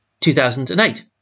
2008